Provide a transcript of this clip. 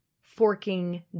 forking